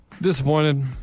Disappointed